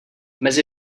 mezi